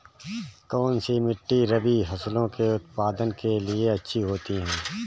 कौनसी मिट्टी रबी फसलों के उत्पादन के लिए अच्छी होती है?